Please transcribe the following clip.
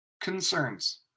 concerns